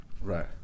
Right